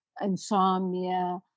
insomnia